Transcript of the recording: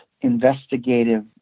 investigative